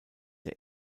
der